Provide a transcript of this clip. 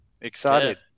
Excited